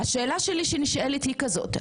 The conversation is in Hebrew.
השאלה שלי שנשאלת היא כזאת.